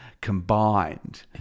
combined